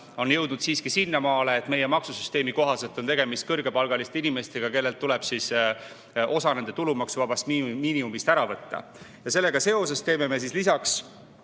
on jõudnud siiski sinnamaale, et meie maksusüsteemi kohaselt on tegemist kõrgepalgaliste inimestega, kellelt tuleb osa nende tulumaksuvabast miinimumist ära võtta. Sellega seoses teeme me lisaks